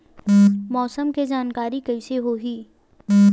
मौसम के जानकारी कइसे होही?